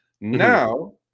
Now